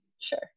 Sure